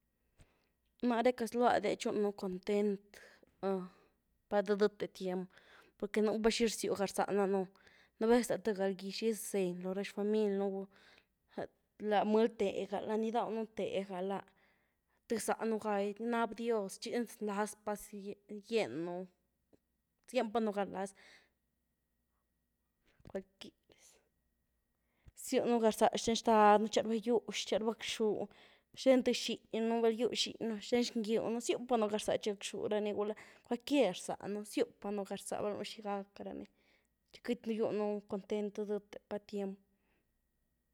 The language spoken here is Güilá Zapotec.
Náreh queity zlúa-dya gytchúnu content, pat dë-dëte tiem porque nú pa xini rziw garzá danëen, nú vez la thë galgýx gizeny loh rá xfamily nu’ láh mëly téga, lá ni gydawnu’ tega lá tuby záhnu gaty, bnab dios txi nlaz pá gýennu, zien panú ganlaz rzywnu garzá xten xtadnu, txi láraba gywx, txi láraba gackxúh, xten th xiny nú val gyw xiny nú, xten xngiw un, ziú panu garzá txi gackxú rani, gulá cualquier záh nu’, ziu panu garzá val noh xi gack rani, txi queity un gywnu content dë-dëteh pá tiem.